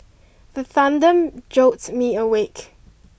the thunder jolt me awake